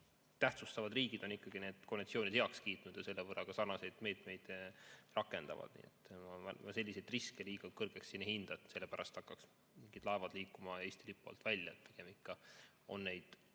tähtsustavad riigid on ikkagi need konventsioonid heaks kiitnud ja selle võrra ka sarnaseid meetmeid rakendavad. Selliseid riske ma liiga kõrgeks ei hinda, et selle pärast hakkaksid laevad liikuma Eesti lipu alt välja. Pigem on ikka